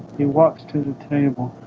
he walks to the table